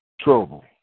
trouble